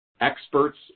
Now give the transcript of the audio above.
experts